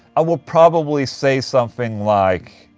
i would probably say something like.